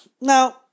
Now